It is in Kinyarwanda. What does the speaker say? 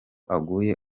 aguye